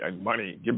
money